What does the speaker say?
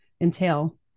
entail